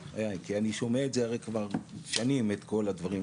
כי אני שומע את זה הרי כבר שנים את כל הדברים,